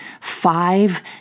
five